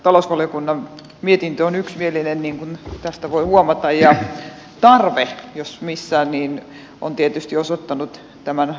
talousvaliokunnan mietintö on yksimielinen niin kuin tästä voi huomata ja tarve tässä jos missä on tietysti osoittautunut tämän lain pohjaksi